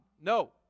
no